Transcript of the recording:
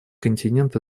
континент